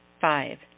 Five